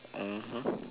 mmhmm